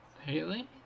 Haley